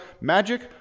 Magic